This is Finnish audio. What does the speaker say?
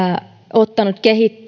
ottanut